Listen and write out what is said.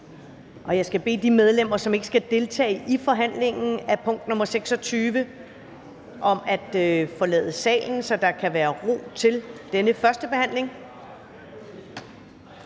Jeg skal bede de medlemmer, som ikke skal deltage i forhandlingen af punkt nr. 26, om at forlade salen, så der kan blive ro til denne førstebehandling.